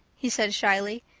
he said shyly,